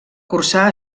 cursà